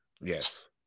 Yes